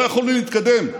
לא יכולנו להתקדם.